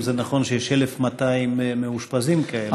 אם זה נכון שיש 1,200 מאושפזים כאלה.